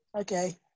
Okay